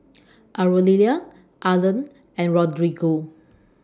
Aurelia Arlen and Rodrigo